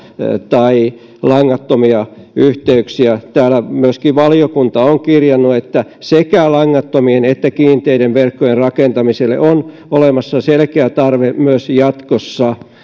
tai langattomia yhteyksiä täällä myöskin valiokunta on kirjannut että sekä langattomien että kiinteiden verkkojen rakentamiselle on olemassa selkeä tarve myös jatkossa